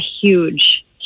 huge